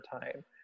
time